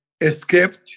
escaped